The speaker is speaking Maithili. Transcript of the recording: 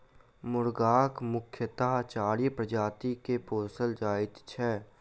मुर्गाक मुख्यतः चारि प्रजाति के पोसल जाइत छै